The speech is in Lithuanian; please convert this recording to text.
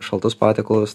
šaltus patiekalus